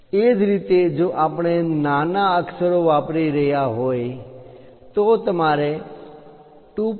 એ જ રીતે જો આપણે નાના લોઅરકેસ અક્ષરો વાપરી રહ્યા હોય તો તમારે 2